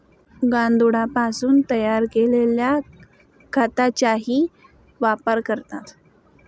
गांडुळापासून तयार केलेल्या खताचाही वापर करतात